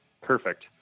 perfect